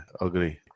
agree